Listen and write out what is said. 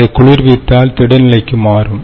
அதை குளிர்வித்தால் திட நிலைக்கு மாறும்